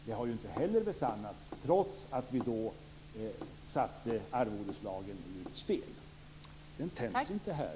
Det har ju inte heller besannats trots att vi då satte arvodeslagen ur spel.